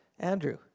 Andrew